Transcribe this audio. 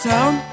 Town